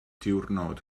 diwrnod